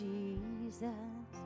Jesus